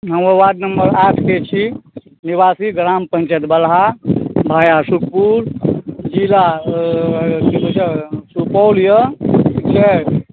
हमर ward number आठ छी निवासी ग्राम पंचायत बलहा भाया सुखपुर ज़िला की कहै छै सुपौल यऽ ठीक छै